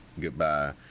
goodbye